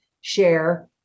share